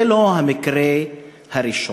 זה לא המקרה הראשון,